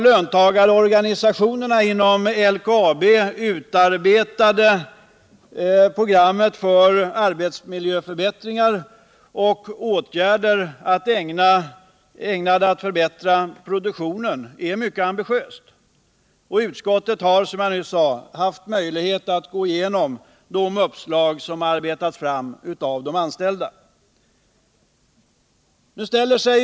Löntagarorganisationerna inom LKAB har utarbetat ett mycket ambitiöst program för arbetsmiljöförbättringar och åtgärder ägnade att förbättra produktionen. Utskottet har, som jag sade, haft möjlighet att gå igenom de uppslag som har arbetats fram av de anställda.